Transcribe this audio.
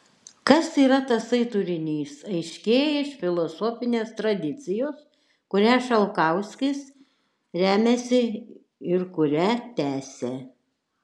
kas yra tasai turinys aiškėja iš filosofinės tradicijos kuria šalkauskis remiasi ir kurią tęsia